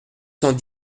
cent